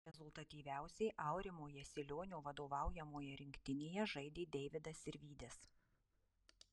rezultatyviausiai aurimo jasilionio vadovaujamoje rinktinėje žaidė deividas sirvydis